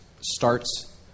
starts